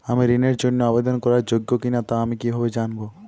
আমি ঋণের জন্য আবেদন করার যোগ্য কিনা তা আমি কীভাবে জানব?